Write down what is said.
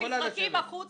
מתאים שבו החוק